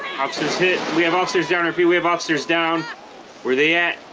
hit we have officers down our feet we have officers down where they at